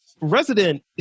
Resident